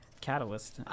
catalyst